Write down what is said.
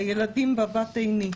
הילדים בבת עיני.